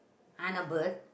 and a bird